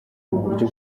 uburyo